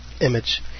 image